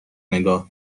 نگاه